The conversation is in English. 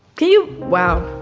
you, wow,